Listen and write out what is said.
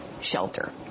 shelter